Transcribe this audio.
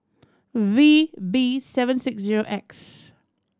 V B seven six zero X